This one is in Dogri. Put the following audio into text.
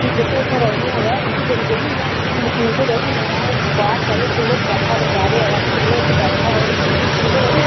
की जेह्का इत्थें रौह्ने गी आवै ते उसी इंया महसूस होऐ की इंया जाइयै बाहर बैठे ते खुल्लै च बाहरै गी आवै खुल्लै च बैठे ते उसी महसूस होऐ कि